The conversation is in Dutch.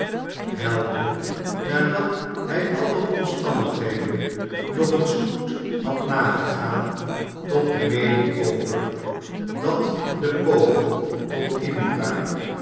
helde nadat hij alle omstandigheden nog eens goed had nagegaan tot de meening over dat de poging tot inbraak